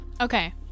Okay